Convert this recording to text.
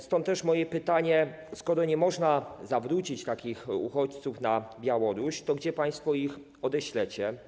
Stąd też moje pytanie: Skoro nie można zawrócić takich uchodźców na Białoruś, to gdzie państwo ich odeślecie?